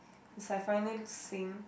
it's like finally seeing